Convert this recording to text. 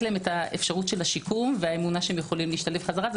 להם את אפשרות השיקום והאמונה שיכולים להשתלב חזרה.